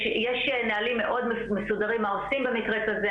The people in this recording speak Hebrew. יש נהלים מאוד מסודרים מה עושים במקרה כזה.